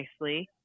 nicely